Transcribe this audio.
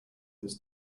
this